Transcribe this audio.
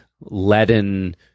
leaden